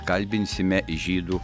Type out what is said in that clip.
kalbinsime žydų